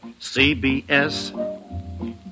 CBS